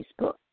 Facebook